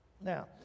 Now